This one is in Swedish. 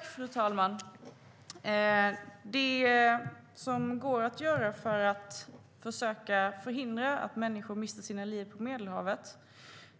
Fru talman! Det som går att göra för att försöka förhindra att människor mister sina liv på Medelhavet